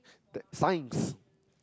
tech science